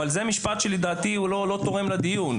אבל זה משפט שלדעתי לא תורם לדיון.